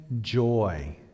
joy